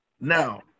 Now